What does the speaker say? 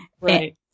right